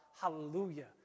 hallelujah